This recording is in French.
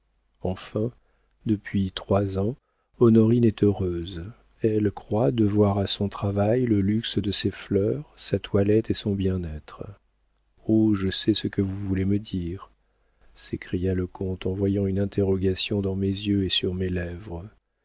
enfin depuis trois ans honorine est heureuse elle croit devoir à son travail le luxe de ses fleurs sa toilette et son bien-être oh je sais ce que vous voulez me dire s'écria le comte en voyant une interrogation dans mes yeux et sur mes lèvres